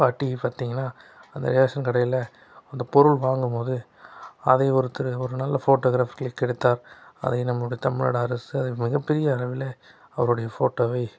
பாட்டி பார்த்திங்கன்னா அந்த ரேஷன் கடையில் அந்த பொருள் வாங்கும்போது அதை ஒருத்தர் ஒரு நல்ல ஃபோட்டோகிராஃபர் கிளிக் எடுத்தார் அதை நம்மளோடைய தமிழ்நாடு அரசு அது மிகப்பெரிய அளவில் அவருடைய ஃபோட்டோவை